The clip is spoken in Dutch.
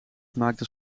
maakte